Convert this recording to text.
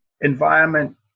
environment